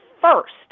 first